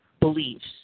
beliefs